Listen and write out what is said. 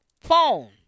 phone